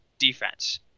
defense